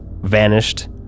vanished